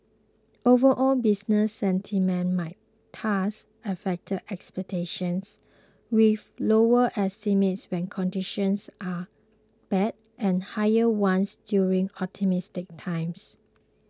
overall business sentiment might thus affect expectations with lower estimates when conditions are bad and higher ones during optimistic times